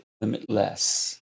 limitless